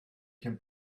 can